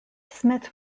smith